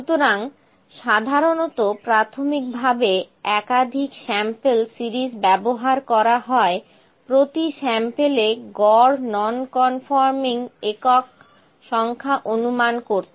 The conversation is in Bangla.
সুতরাং সাধারণত প্রাথমিকভাবে একাধিক স্যাম্পেল সিরিজ ব্যবহার করা হয় প্রতি স্যাম্পেলে গড় নন কনফর্মিং এককের সংখ্যা অনুমান করতে